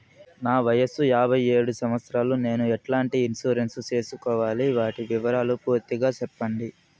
నా వయస్సు యాభై ఏడు సంవత్సరాలు నేను ఎట్లాంటి ఇన్సూరెన్సు సేసుకోవాలి? వాటి వివరాలు పూర్తి గా సెప్పండి?